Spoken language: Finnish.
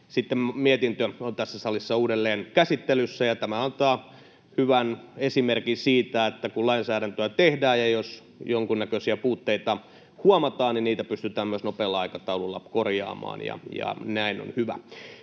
mietintö on tässä salissa sitten uudelleen käsittelyssä. Tämä antaa hyvän esimerkin siitä, että kun lainsäädäntöä tehdään ja jos jonkunnäköisiä puutteita huomataan, niin niitä pystytään myös nopealla aikataululla korjaamaan, ja näin on hyvä.